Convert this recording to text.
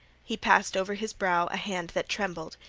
he passed over his brow a hand that trembled.